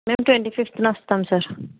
మేము ట్వంటీ ఫిఫ్త్న వస్తాం సార్